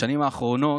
בשנים האחרונות,